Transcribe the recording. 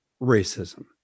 racism